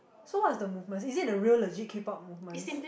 so what's the movements is it the real legit K-pop movements